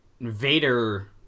Vader